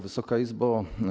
Wysoka Izbo!